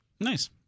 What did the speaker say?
Nice